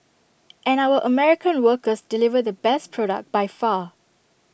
and our American workers deliver the best product by far